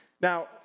now